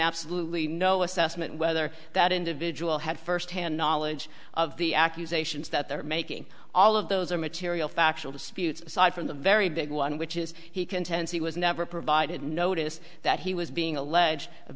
absolutely no assessment whether that individual had firsthand knowledge of the accusations that they're making all of those are material factual disputes aside from the very big one which is he contends he was never provided notice that he was being alleged of